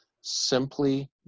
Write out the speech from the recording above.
simply